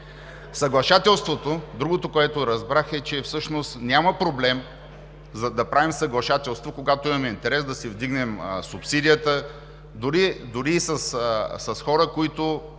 Ви кажа. Другото, което разбрах, е, че всъщност няма проблем, за да правим съглашателство, когато имаме интерес да си вдигнем субсидията дори и с хора, които